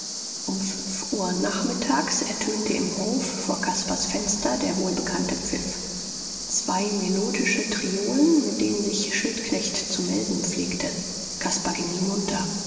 um fünf uhr nachmittags ertönte im hof vor caspars fenster der wohlbekannte pfiff zwei melodische triolen mit denen sich schildknecht zu melden pflegte caspar ging hinunter